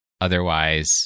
Otherwise